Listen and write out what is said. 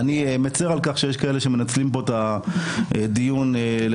אני מצר על כך שיש כאלה שמנצלים פה את הדיון לצורך